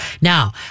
Now